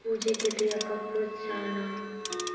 पूजा के दीया का बुझ जाना